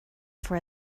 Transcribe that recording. for